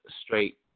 straight